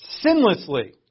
sinlessly